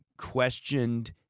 Questioned